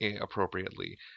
appropriately